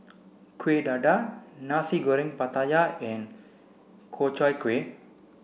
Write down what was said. Kuih Dadar Nasi Goreng Pattaya and Ku Chai Kueh